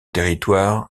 territoire